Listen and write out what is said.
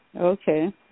Okay